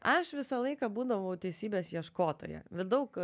aš visą laiką būdavau teisybės ieškotoja vi daug